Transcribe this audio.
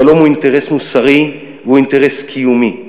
השלום הוא אינטרס מוסרי והוא אינטרס קיומי.